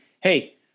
Hey